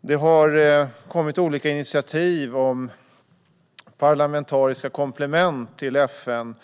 Det har kommit olika initiativ om parlamentariska komplement till FN.